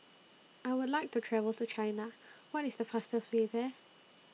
I Would like to travel to China What IS The fastest Way There